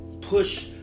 push